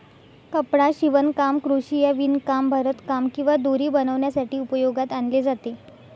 कपडा शिवणकाम, क्रोशिया, विणकाम, भरतकाम किंवा दोरी बनवण्यासाठी उपयोगात आणले जाते